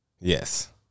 yes